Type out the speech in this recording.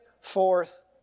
forth